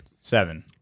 Seven